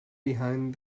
behind